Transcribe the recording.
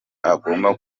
agomba